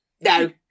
No